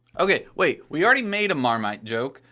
ok, wait, we already made a marmite joke,